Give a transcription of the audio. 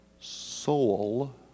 soul